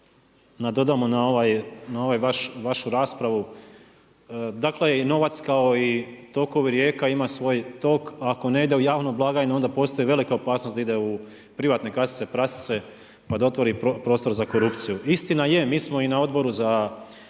nadodamo na ovu vašu raspravu, dakle i novac kao i tokovi rijeka ima svoj tok, ako ne ide u javnu blagajnu onda postoji velika opasnost da ide u privatne kasice prasice pa da otvori prostor za korupciju. Istina je, mi smo i na Odboru za